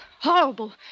Horrible